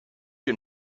you